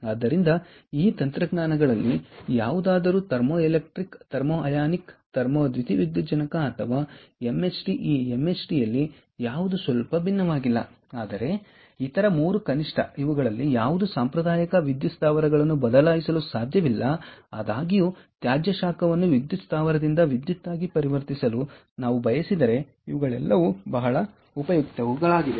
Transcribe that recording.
ಆದ್ದರಿಂದ ಈ ತಂತ್ರಜ್ಞಾನಗಳಲ್ಲಿ ಯಾವುದಾದರೂ thermoelectric thermionic thermo ದ್ಯುತಿವಿದ್ಯುಜ್ಜನಕ ಅಥವಾ ಎಂಎಚ್ಟಿ ಈ ಎಂಎಚ್ಟಿ ಯಲ್ಲಿ ಯಾವುದೂ ಸ್ವಲ್ಪ ಭಿನ್ನವಾಗಿಲ್ಲ ಆದರೆ ಇತರ 3 ಕನಿಷ್ಠ ಇವುಗಳಲ್ಲಿ ಯಾವುದೂ ಸಾಂಪ್ರದಾಯಿಕ ವಿದ್ಯುತ್ ಸ್ಥಾವರಗಳನ್ನು ಬದಲಾಯಿಸಲು ಸಾಧ್ಯವಿಲ್ಲ ಆದಾಗ್ಯೂ ತ್ಯಾಜ್ಯ ಶಾಖವನ್ನು ವಿದ್ಯುತ್ ಸ್ಥಾವರದಿಂದ ವಿದ್ಯುತ್ ಆಗಿ ಪರಿವರ್ತಿಸಲು ನಾವು ಬಯಸಿದರೆ ಇವುಗಳೆಲ್ಲವೂ ಬಹಳ ಉಪಯುಕ್ತವಾದವುಗಳಾಗಿವೆ